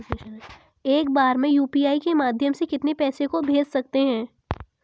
एक बार में यू.पी.आई के माध्यम से कितने पैसे को भेज सकते हैं?